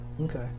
Okay